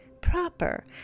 proper